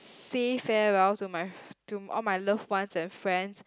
say farewell to my to all my loved one and friends